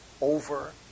over